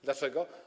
Dlaczego?